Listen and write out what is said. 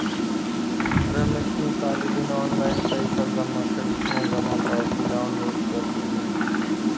रमेशनी कालदिन ऑनलाईन पैसा जमा करीसन जमा पावती डाउनलोड कर लिनी